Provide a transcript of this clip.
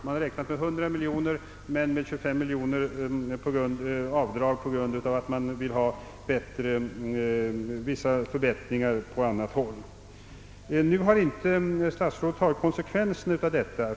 Man har räknat med 100 miljoner i vinst, men med 25 miljoner i avdrag på grund av att man vill ha vissa förbättringar på annat håll, som fördyrar. Statsrådet har inte tagit konsekvenserna av detta.